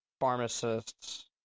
pharmacists